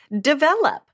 develop